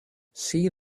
see